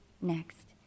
next